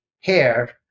hair